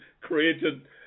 created